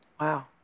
Wow